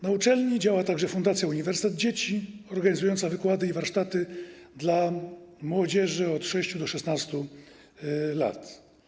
Na uczelni działa także Fundacja Uniwersytet Dzieci organizująca wykłady i warsztaty dla młodzieży od 6. do 16. roku życia.